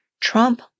Trump